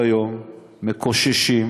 דרך אגב, ראשי עיר עד היום מקוששים תרומות,